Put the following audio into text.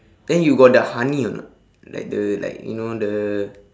then you got the honey or not like the like you know the